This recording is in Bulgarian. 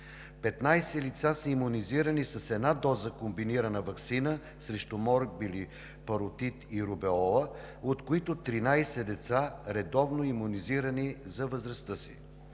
15 лица са имунизирани с една доза комбинирана ваксина срещу морбили, паротит и рубеола, от които 13 деца редовно имунизирани за възрастта си;